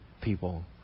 people